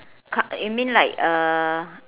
k~ you mean like uh